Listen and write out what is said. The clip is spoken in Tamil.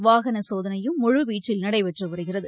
வாகன சோதனையும் முழுவீச்சில் நடைபெற்று வருகிறது